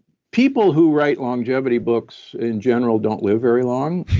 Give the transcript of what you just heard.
people who write longevity books, in general, don't live very long